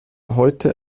heute